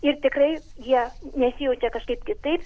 ir tikrai jie nesijaučia kažkaip kitaip